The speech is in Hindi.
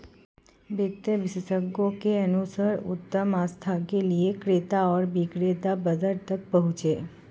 वित्त विशेषज्ञों के अनुसार उत्तम आस्था के लिए क्रेता और विक्रेता बाजार तक पहुंचे